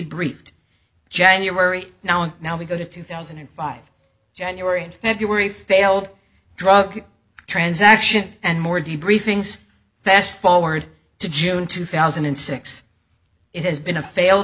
fed january now and now we go to two thousand and five january and february failed drug transaction and more d briefings fast forward to june two thousand and six it has been a failed